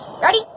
Ready